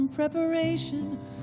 Preparation